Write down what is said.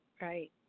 Right